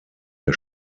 der